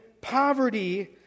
poverty